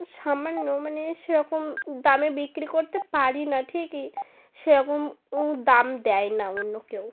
সামান্য মানে সেরকম দামে বিক্রি করতে পারি না ঠিকই সেরকম দাম দেয় না অন্য কেউ